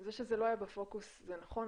זה שזה לא היה בפוקוס זה נכון,